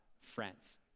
Friends